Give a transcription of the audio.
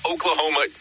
Oklahoma